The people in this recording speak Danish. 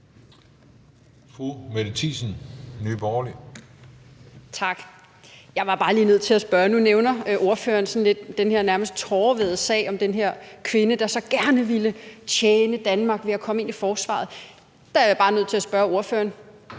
Mette Thiesen (NB): Tak. Jeg var bare lige nødt til at spørge om noget. Nu nævner ordføreren den her nærmest tårevædede sag om den her kvinde, der så gerne ville tjene Danmark ved at komme ind i forsvaret. Der er jeg bare nødt til at spørge ordføreren: